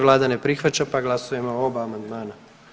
Vlada ne prihvaća, pa glasujemo o oba amandmana.